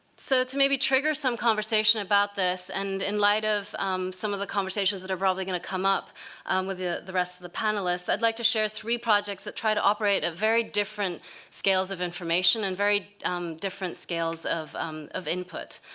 so to maybe trigger some conversation, about this and in light of some of the conversations that are probably going to come up with the the rest of the panelists, i'd like to share three projects that try to operate at very different scales of information and very different scales of um of input,